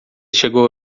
chegou